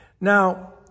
Now